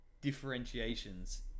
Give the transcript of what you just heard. differentiations